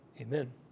amen